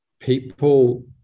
People